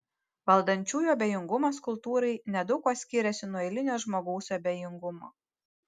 valdančiųjų abejingumas kultūrai nedaug kuo skiriasi nuo eilinio žmogaus abejingumo